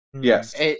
Yes